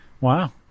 Wow